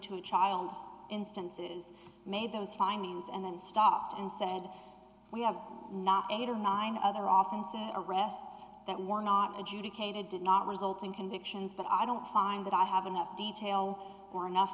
to a child instances made those findings and then stopped and said we have not eight or nine other often arrests that were not adjudicated did not result in convictions but i don't find that i have enough detail or enough